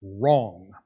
wrong